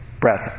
breath